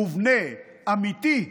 מובנה, אמיתי,